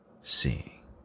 seeing